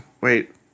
Wait